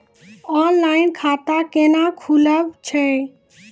Online खाता केना खुलै छै?